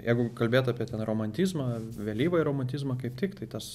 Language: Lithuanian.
jeigu kalbėt apie ten romantizmą vėlyvąjį romantizmą kaip tik tai tas